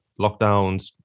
lockdowns